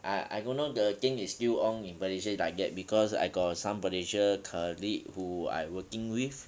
I I don't know the thing is still on in malaysia like that because I got some malaysia colleague who I working with